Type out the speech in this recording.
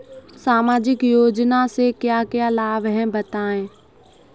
सामाजिक योजना से क्या क्या लाभ हैं बताएँ?